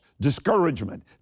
discouragement